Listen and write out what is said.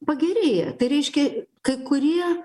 pagerėja tai reiškia kai kurie